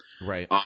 Right